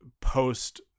post